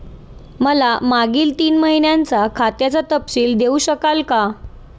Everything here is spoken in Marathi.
मला मागील तीन महिन्यांचा खात्याचा तपशील देऊ शकाल का?